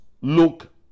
look